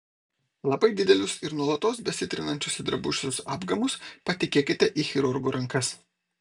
labai didelius ar nuolatos besitrinančius į drabužius apgamus patikėkite į chirurgų rankas